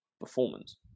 performance